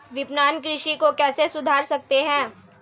विपणन कृषि को कैसे सुधार सकते हैं?